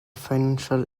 financial